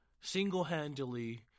single-handedly